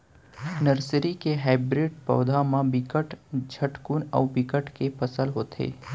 nursery के hybrid पउधा म बिकट झटकुन अउ बिकट के फसल होथे